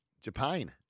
Japan